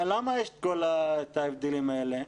למה יש את ההבדלים האלה?